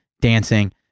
dancing